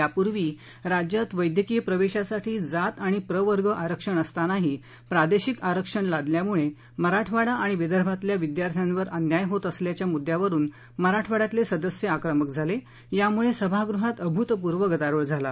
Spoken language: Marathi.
त्यापूर्वी राज्यात वैद्यकीय प्रवेशासाठी जात आणि प्रवर्ग आरक्षण असतानाही प्रादेशिक आरक्षण लादल्यामुळे मराठवाडा आणि विदर्भातल्या विद्यार्थ्यांवर अन्याय होत असल्याच्या मुद्द्यावरून मराठवाङ्यातले सदस्य आक्रमक झाले यामुळे सभागृहात अभूतपूर्व गदारोळ झाला